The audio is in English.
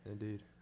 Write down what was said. Indeed